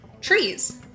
trees